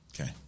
Okay